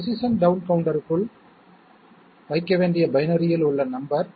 position down கவுண்டருக்குள் வைக்க வேண்டிய பைனரியில் உள்ள நம்பர்